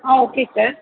ah okay sir